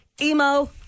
emo